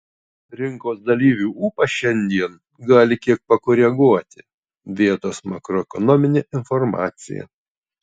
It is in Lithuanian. rinkos dalyvių ūpą šiandien gali kiek pakoreguoti vietos makroekonominė informacija